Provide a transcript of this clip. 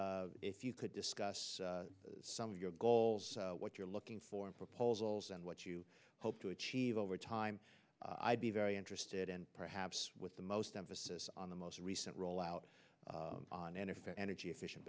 d if you could discuss some of your goals what you're looking for in proposals and what you hope to achieve over time i'd be very interested and perhaps with the most emphasis on the most recent rollout on and if energy efficient